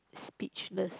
speechless